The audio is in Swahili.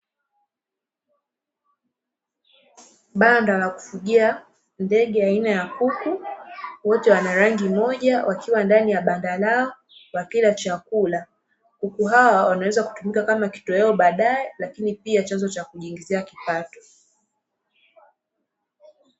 Banda la kufugia ndege aina ya kuku, wote wakiwa na rangi moja wakiwa wanakula chakula Chao, wanaweza kutumika kama chakula baadae au chanzo cha kujiingizia kipato.